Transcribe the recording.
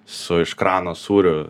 su iš krano sūriu